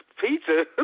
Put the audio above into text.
pizza